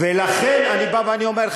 ולכן אני בא ואני אומר,